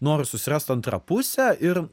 noriu susirast antrą pusę ir